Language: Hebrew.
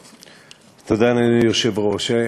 תודה, אדוני היושב-ראש.